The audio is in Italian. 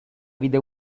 vide